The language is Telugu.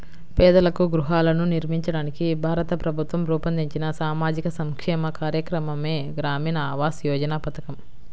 పేదలకు గృహాలను నిర్మించడానికి భారత ప్రభుత్వం రూపొందించిన సామాజిక సంక్షేమ కార్యక్రమమే గ్రామీణ ఆవాస్ యోజన పథకం